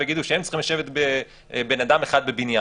ויגידו שהם צריכים לשבת אדם אחד בבניין.